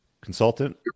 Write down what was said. consultant